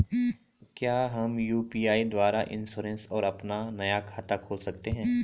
क्या हम यु.पी.आई द्वारा इन्श्योरेंस और अपना नया खाता खोल सकते हैं?